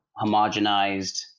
homogenized